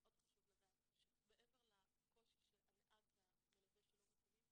מאוד חשוב לדעת שמעבר לקושי של הנהג והמלווה שלא מתאימים,